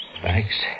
Thanks